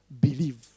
believe